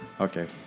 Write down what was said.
Okay